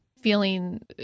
feeling